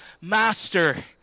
Master